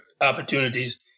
opportunities